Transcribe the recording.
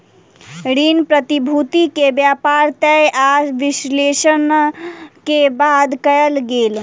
ऋण प्रतिभूति के व्यापार तय आय विश्लेषण के बाद कयल गेल